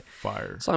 Fire